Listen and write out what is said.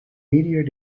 medior